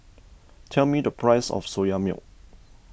tell me the price of Soya Milk